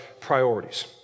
priorities